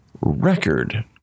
record